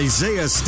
Isaiah